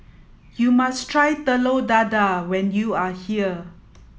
you must try Telur Dadah when you are here